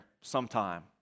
sometime